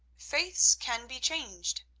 faiths can be changed.